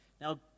Now